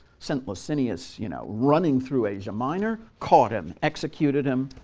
sent licinius you know running through asia minor, caught and executed him.